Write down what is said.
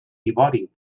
ivori